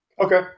Okay